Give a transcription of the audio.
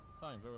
Fine